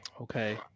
Okay